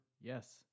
Yes